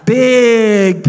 big